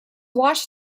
washed